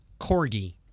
Corgi